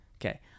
okay